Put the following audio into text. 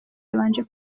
yabanje